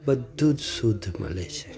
બધું જ શુદ્ધ મલે છે